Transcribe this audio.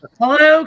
hello